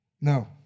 No